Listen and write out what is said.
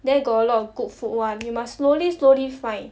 there got a lot of good food [one] you must slowly slowly find